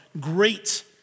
great